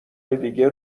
دیگه